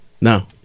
no